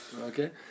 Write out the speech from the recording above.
Okay